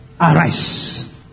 arise